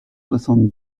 soixante